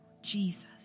Jesus